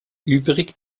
übrig